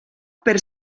per